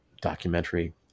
documentary